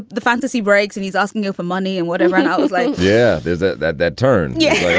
the fantasy breaks and he's asking you for money and whatever and i was like, yeah, there's ah that that turned yeah